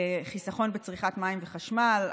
חיסכון בצריכת מים וחשמל,